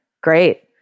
Great